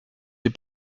des